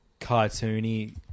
cartoony